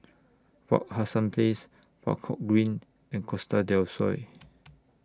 Wak Hassan Place Buangkok Green and Costa Del Sol